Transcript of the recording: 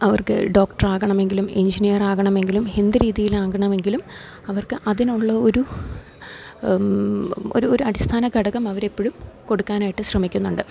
അവർക്ക് ഡോക്ടറാകണമെങ്കിലും എഞ്ചിനീയറാകണമെങ്കിലും എന്തു രീതിയിലാകണമെങ്കിലും അവർക്ക് അതിനുള്ള ഒരു അടിസ്ഥാന ഘടകം അവരെപ്പോഴും കൊടുക്കാനായിട്ടു ശ്രമിക്കുന്നുണ്ട്